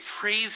praise